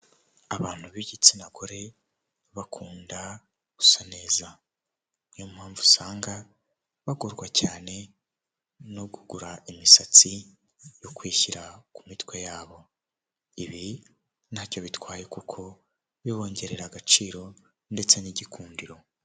Abantu b'igitsina gore bakunda gusa neza niyo mpamvu usanga bagorwa cyane no kugura imisatsi yo kwishyira ku mitwe yabo ibi ntacyo bitwaye kuko bibongerera agaciro ndetse n'igikundiro